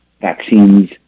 Vaccines